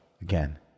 again